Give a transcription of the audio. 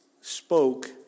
spoke